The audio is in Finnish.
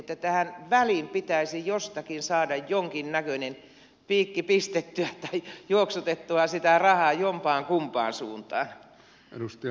tähän väliin pitäisi jostakin saada jonkinnäköinen piikki pistettyä tai juoksutettua sitä rahaa jompaankumpaan suuntaan